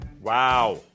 Wow